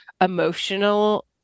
emotional